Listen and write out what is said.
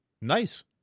Nice